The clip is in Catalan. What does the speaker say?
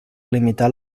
limitar